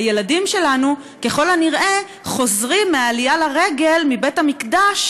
הילדים שלנו ככל הנראה חוזרים מהעלייה לרגל לבית-המקדש,